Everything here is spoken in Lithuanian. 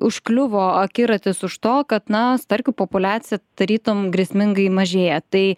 užkliuvo akiratis už to kad na starkių populiacija tarytum grėsmingai mažėja tai